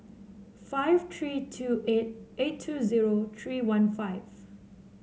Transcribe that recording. five three two eight eight two zero three one five